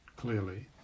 clearly